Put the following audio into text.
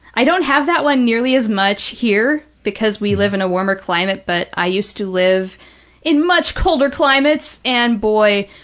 i don't have that one nearly as much here because we live in a warmer climate, but i used to live in much colder climates, climates, and boy,